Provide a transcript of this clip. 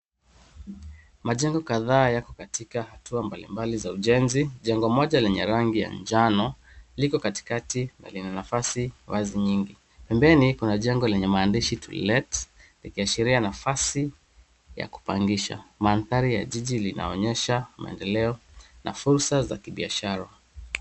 Majengo kadhaa yako katika hatua mbalimbali za ujenzi. Jengo moja lenye rangi ya njano liko katikati na lina nafasi wazi nyingi. Pembeni kuna jengo lenye maandishi, to let, likiashiria nafasi ya kupangisha. Mandhari ya jiji inaonyesha maendeleo na fursa za kibiashara.